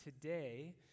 today